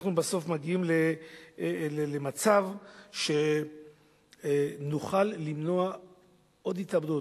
אנחנו בסוף מגיעים למצב שנוכל למנוע עוד התאבדות,